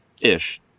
Ish